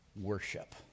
Worship